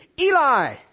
Eli